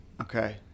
Okay